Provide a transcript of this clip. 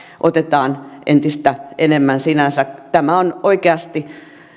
otetaan entistä enemmän sinänsä tämä on oikeasti